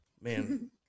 man